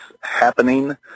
happening